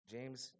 James